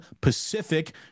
pacific